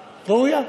ראויה.